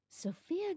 Sophia